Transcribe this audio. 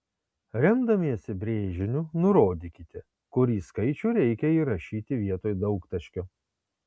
remdamiesi brėžiniu nurodykite kurį skaičių reikia įrašyti vietoj daugtaškio